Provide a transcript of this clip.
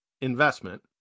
investment